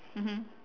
mmhmm